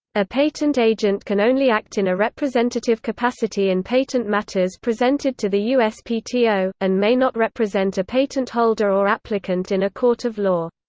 a patent agent can only act in a representative capacity in patent matters presented to the uspto, and may not represent a patent holder or applicant in a court of law.